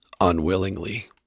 unwillingly